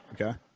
Okay